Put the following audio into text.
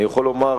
אני יכול לומר,